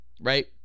right